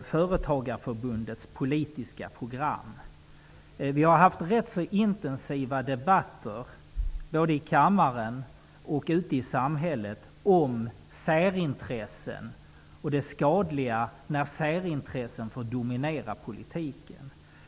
Företagarförbundets politiska program. Vi har haft rätt intensiva debatter både i kammaren och ute i samhället om särintressen och det skadliga i att särintressen får dominera politiken.